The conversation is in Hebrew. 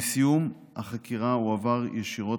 עם סיום החקירה התיק הועבר ישירות